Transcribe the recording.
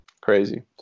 Crazy